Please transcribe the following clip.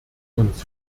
uns